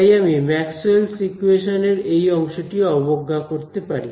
তাই আমি Maxwell's equations Maxwell's equations এর এই অংশটি অবজ্ঞা করতে পারি